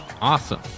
awesome